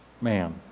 man